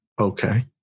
okay